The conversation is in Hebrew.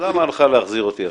למה לך להחזיר אותי?